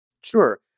Sure